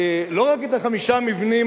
וראש הממשלה